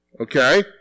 Okay